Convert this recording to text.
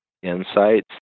insights